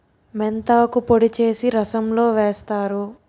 మెంతాకు పొడి చేసి రసంలో వేస్తారు